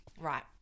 Right